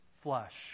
flesh